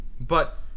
But